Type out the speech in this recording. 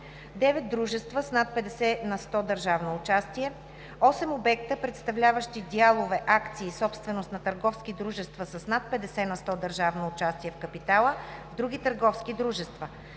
9 дружества с над 50 на сто държавно участие; - 8 обекта, представляващи дялове/акции, собственост на търговски дружества с над 50 на сто държавно участие в капитала в други търговски дружества;